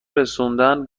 رسوندن